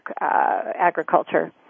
agriculture